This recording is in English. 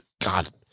God